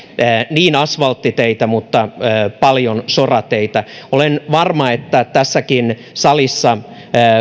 niin asvalttiteitä kuin paljon sorateitä olen varma että tässäkin salissa